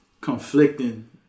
conflicting